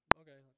okay